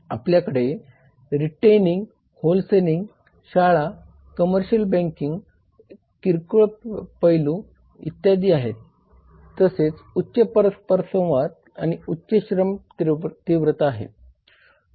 आपल्याकडे retailing wholesaling शाळा commercial बँकिंगचे किरकोळ पैलू इत्यादी आहे तसेच उच्च परस्परसंवाद आणि उच्च श्रम तीव्रता आहे